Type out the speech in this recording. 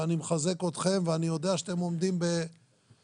ואני מחזק אתכם ואני יודע שאתם עומדים בלחצים.